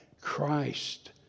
Christ